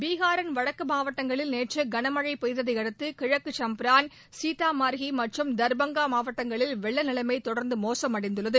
பீகாரின் வடக்கு மாவட்டங்களில் நேற்று கனமளழ பெய்ததை அடுத்து கிழக்கு சும்ப்பாரான் சீதாமா்ஹி மற்றும் தா்பங்கா மாவட்டங்களில் வெள்ள நிலைமை தொடர்ந்து மோசமடைந்துள்ளது